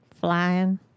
Flying